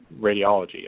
radiology